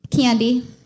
candy